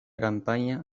campaña